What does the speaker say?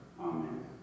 Amen